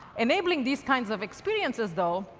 enabling these kinds of experiences, though,